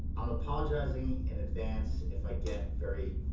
i'm apologising in advance if i get very